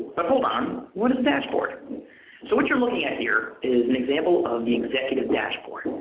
but hold on, what is dashboard? so what you are looking at here is an example of the executive dashboard.